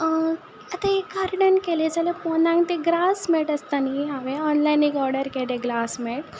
आतां एक केंलें जाल्यार पोंदाक तें ग्रास मॅट आसता न्ही हांवें ऑनलायन एक ऑर्डर केलें ग्रास मॅट